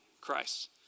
Christ